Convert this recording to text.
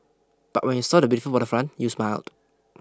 but when you saw the beautiful waterfront you smiled